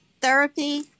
therapy